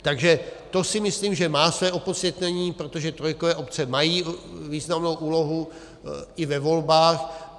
Takže to si myslím, že má své opodstatnění, protože trojkové obce mají významnou úlohu i ve volbách.